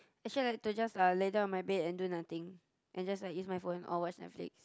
actually I like to just uh lay down on my bed and do nothing and just like use my phone or watch Netflix